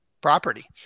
property